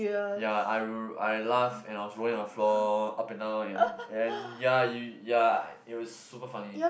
ya I I laugh and I was rolling on floor up and down and then ya ya it was super funny